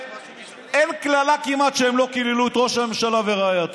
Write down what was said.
הרי אין כמעט קללה שהם לא קיללו בה את ראש הממשלה ורעייתו.